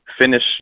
finish